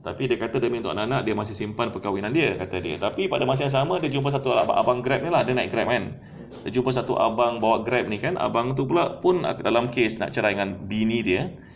tapi dia kata demi untuk anak-anak dia masih simpan perkahwinan dia tapi pada masa yang sama dia jumpa satu abang grab ni lah dia naik grab kan dia jumpa satu abang bawa grab ni kan abang tu pula pun kat dalam case nak ceraikan bini dia